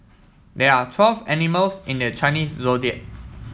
there are twelve animals in the Chinese Zodiac